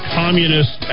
communist